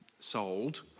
sold